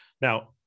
Now